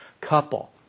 couple